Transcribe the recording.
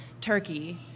Turkey